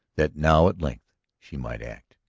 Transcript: that now at length she might act.